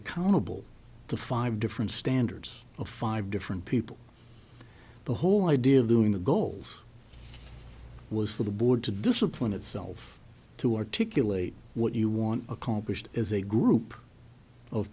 accountable to five different standards of five different people the whole idea of doing the goals was for the board to discipline itself to articulate what you want accomplished as a group of